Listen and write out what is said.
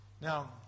Now